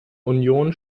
union